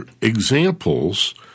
examples